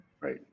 Right